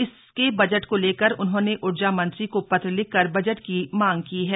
इसके बजट को लेकर उन्होंने उर्जा मंत्री को पत्र लिखकर बजट की मांग की है